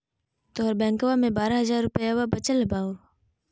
तोहर बैंकवा मे बारह हज़ार रूपयवा वचल हवब